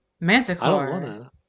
Manticore